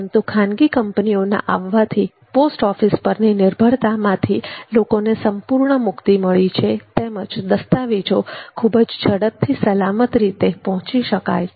પરંતુ ખાનગી કંપનીઓના આવવાથી પોસ્ટ ઓફિસ પરની નિર્ભરતામાંથી લોકોને સંપૂર્ણ મુક્તિ મળી છે તેમજ દસ્તાવેજો ખૂબ જ ઝડપથી સલામત રીતે પહોંચી શકાય છે